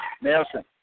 Nelson